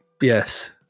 Yes